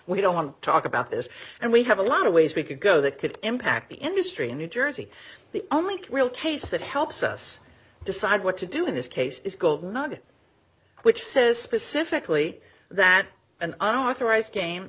we don't want to talk about this and we have a lot of ways we could go that could impact the industry in new jersey the only real case that helps us decide what to do in this case is not it which says specifically that an unauthorized game